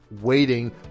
waiting